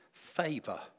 favor